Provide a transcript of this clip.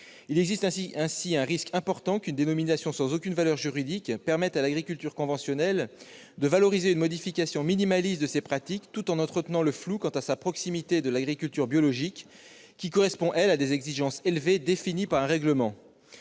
Il existe ainsi un risque important qu'une dénomination sans aucune valeur juridique permette à l'agriculture conventionnelle de valoriser une modification minimaliste de ses pratiques, tout en entretenant le flou quant à sa proximité avec l'agriculture biologique, qui correspond, elle, à des exigences élevées, définies par un règlement.